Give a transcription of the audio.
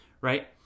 right